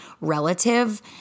relative